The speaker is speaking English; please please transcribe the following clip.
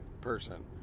person